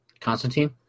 Constantine